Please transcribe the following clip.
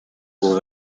will